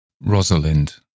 Rosalind